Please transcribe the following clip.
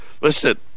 listen